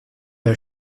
der